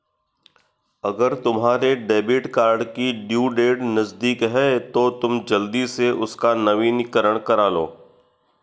अगर तुम्हारे debit card की ड्यू डेट नज़दीक है तो तुम जल्दी से उसका नवीकरण करालो